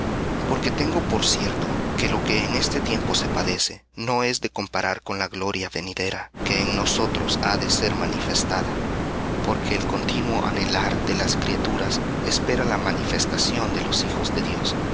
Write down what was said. porque tengo por cierto que lo que en este tiempo se padece no es de comparar con la gloria venidera que en nosotros ha de ser manifestada porque el continuo anhelar de las criaturas espera la manifestación de los hijos de dios